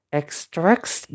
extracts